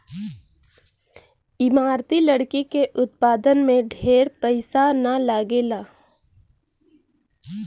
इमारती लकड़ी के उत्पादन में ढेर पईसा ना लगेला